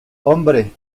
hombre